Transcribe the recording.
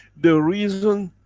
the reason